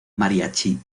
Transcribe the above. mariachi